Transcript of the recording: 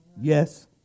yes